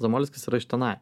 zamolskis yra iš tenai